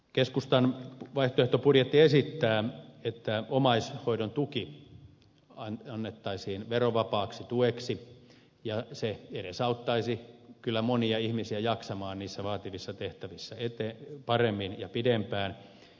keskustan vaihtoehtobudjetti esittää että omaishoidon tuki annettaisiin verovapaaksi tueksi ja se edesauttaisi kyllä monia ihmisiä jaksamaan niissä vaativissa tehtävissä paremmin ja pidempään